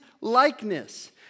likeness